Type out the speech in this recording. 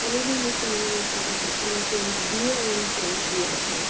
علی Muslim university کا entrance B A entrance دیا تھا